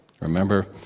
remember